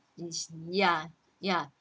ya ya